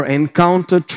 encounter